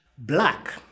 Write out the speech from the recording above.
Black